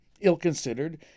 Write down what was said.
ill-considered